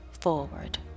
forward